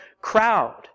crowd